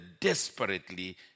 desperately